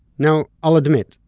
now i'll admit,